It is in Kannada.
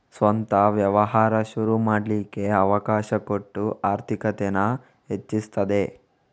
ಸ್ವಂತ ವ್ಯವಹಾರ ಶುರು ಮಾಡ್ಲಿಕ್ಕೆ ಅವಕಾಶ ಕೊಟ್ಟು ಆರ್ಥಿಕತೇನ ಹೆಚ್ಚಿಸ್ತದೆ